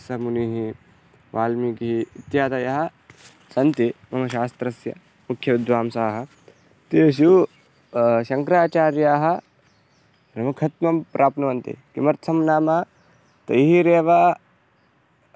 मुनिः वाल्मीकिः इत्यादयः सन्ति मम शास्त्रस्य मुख्यविद्वांसः तेषु शङ्कराचार्याः प्रमुखत्वं प्राप्नुवन्ति किमर्थं नाम तैरेव